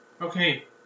Okay